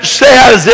says